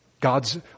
God's